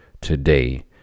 today